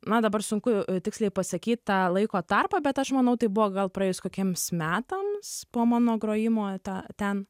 man dabar sunku tiksliai pasakyt tą laiko tarpą bet aš manau tai buvo gal praėjus kokiems metams po mano grojimo tą ten